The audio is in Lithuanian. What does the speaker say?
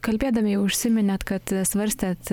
kalbėdami jau užsiminėt kad svarstėt